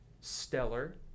stellar